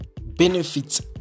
benefits